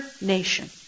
nation